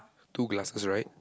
two glasses right